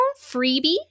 freebie